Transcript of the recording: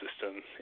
system